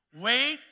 wait